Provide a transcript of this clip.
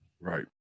Right